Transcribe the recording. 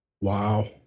Wow